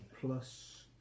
plus